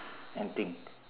anything